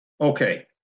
Okay